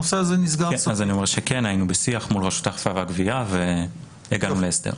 היינו בשיח מול רשות האכיפה והגבייה והגענו להסדר.